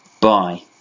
Bye